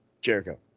Jericho